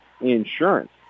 Insurance